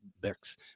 bex